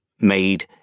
made